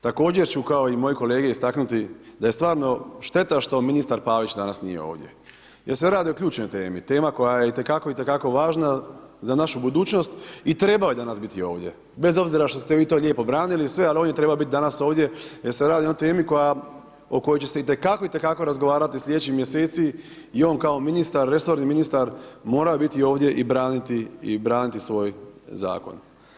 Također ću kao i moje kolege istaknuti da je stvarno šteta što ministar Pavić danas nije ovdje, jer se radi o ključnoj temi, tema koja je itekako, itekako važna za našu budućnost i trebao je danas biti ovdje, bez obzira što ste vi to lijepo branili i sve ali on je trebao biti danas ovdje jer se radi o jednoj temi o kojoj će se itekako, itekako razgovarati sljedećih mjeseci i on kao ministar, resorni morao je biti ovdje i braniti svoj zakon.